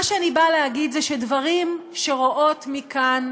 מה שאני באה להגיד זה שדברים שרואות מכאן,